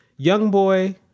Youngboy